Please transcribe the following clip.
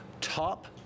top